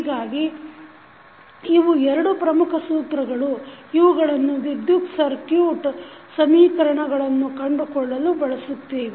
ಹೀಗಾಗಿ ಇವು ಎರಡು ಪ್ರಮುಖ ಸೂತ್ರಗಳು ಇವುಗಳನ್ನು ವಿದ್ಯುತ್ ಸರ್ಕುಟ್ ಸಮೀಕರಣಗಳನ್ನು ಕಂಡುಕೊಳ್ಳಲು ಬಳಸುತ್ತೇವೆ